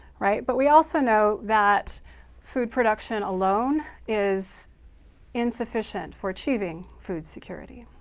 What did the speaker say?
right? but we also know that food production alone is insufficient for achieving food security.